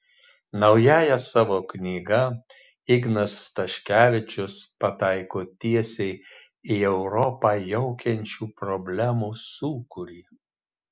naująja savo knyga ignas staškevičius pataiko tiesiai į europą jaukiančių problemų sūkurį